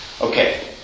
Okay